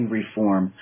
reform